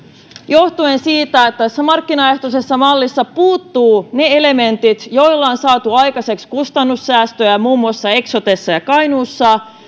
johtuen siitä että tästä markkinaehtoisesta mallista puuttuvat ne elementit joilla on saatu aikaiseksi kustannussäästöjä muun muassa eksotessa ja kainuussa